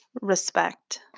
respect